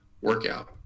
workout